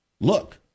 Look